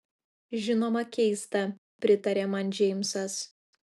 žinoma keista pritarė man džeimsas